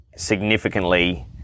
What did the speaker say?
significantly